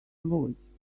louise